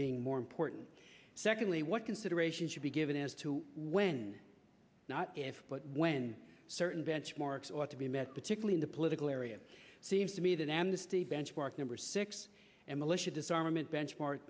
being more important secondly what considerations should be given as to when not if but when certain benchmarks ought to be met particularly in the political area seems to me that amnesty benchmark number six and militia disarmament benchmark